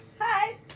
Hi